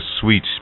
sweet